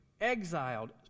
exiled